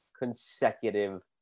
consecutive